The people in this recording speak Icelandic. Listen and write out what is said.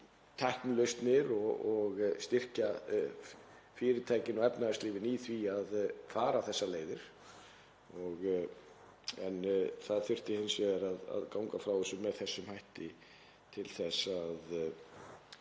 tæknilausnir og styrkja fyrirtækin og efnahagslífið í því að fara þessar leiðir. Það þurfti hins vegar að ganga frá þessu með þessum hætti til að